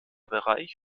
bereich